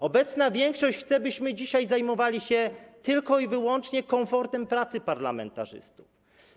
Obecna większość chce, byśmy dzisiaj zajmowali się tylko i wyłącznie komfortem pracy parlamentarzystów.